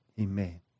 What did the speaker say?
Amen